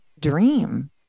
dream